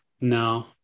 No